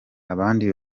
abandi